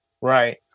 Right